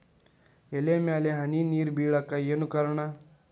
ಎಲೆ ಮ್ಯಾಲ್ ಹನಿ ನೇರ್ ಬಿಳಾಕ್ ಏನು ಕಾರಣ?